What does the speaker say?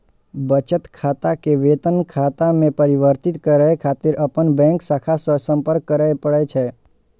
बचत खाता कें वेतन खाता मे परिवर्तित करै खातिर अपन बैंक शाखा सं संपर्क करय पड़ै छै